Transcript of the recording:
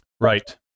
Right